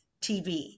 TV